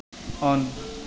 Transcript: on